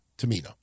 Tamina